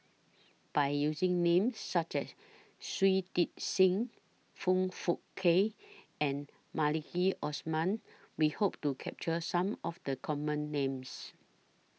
By using Names such as Shui Tit Sing Foong Fook Kay and Maliki Osman We Hope to capture Some of The Common Names